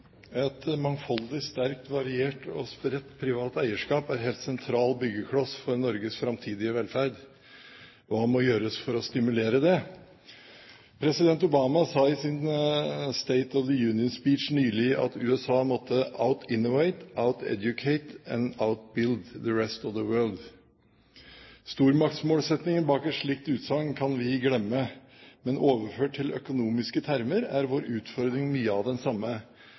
Et mangfoldig, sterkt, variert og spredt privat eierskap er en helt sentral byggekloss for Norges framtidige velferd. Hva må gjøres for å stimulere det? President Obama sa i sin State of the Union Address nylig om USA at «we out-innovate, we out-educate, we out-build the rest of the world». Stormaktsmålettingen bak et slikt utsagn kan vi glemme, men overført til økonomiske termer er vår utfordring mye av det samme.